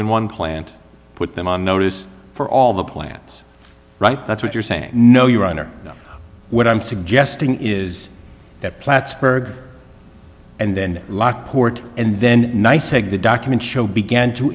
in one plant put them on notice for all the plants right that's what you're saying no your honor no what i'm suggesting is that plattsburg and then lockport and then nice take the documents show began to